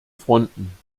fronten